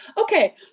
Okay